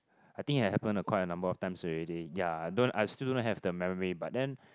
I think it had happened ah quite a number of times already ya I don't I still don't have the memory but then